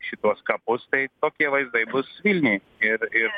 šituos kapus tai tokie vaizdai bus vilniuj ir ir